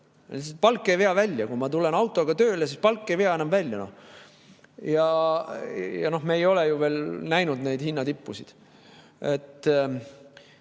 sõita. Palk ei vea välja. Kui ma tulen autoga tööle, siis palk ei vea enam välja. Ja me ei ole ju veel näinud neid hinnatippusid.